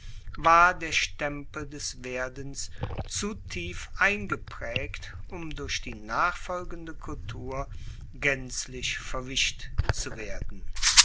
war der stempel des werdens zu tief eingepraegt um durch die nachfolgende kultur gaenzlich verwischt zu werden